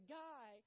guy